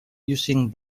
using